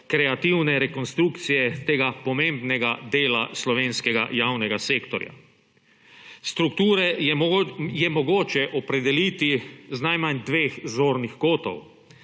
kreativne rekonstrukcije tega pomembnega dela slovenskega javnega sektorja. Strukture je mogoče opredeliti z najmanj dveh zornih kotov: